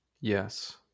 Yes